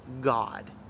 God